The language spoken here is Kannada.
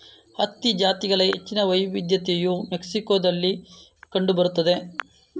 ಹತ್ತಿ ಜಾತಿಗಳ ಹೆಚ್ಚಿನ ವೈವಿಧ್ಯತೆಯು ಮೆಕ್ಸಿಕೋದಲ್ಲಿ ಕಂಡು ಬರುತ್ತದೆ